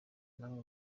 namwe